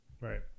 Right